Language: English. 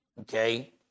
okay